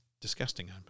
disgusting